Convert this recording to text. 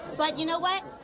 but, you know what?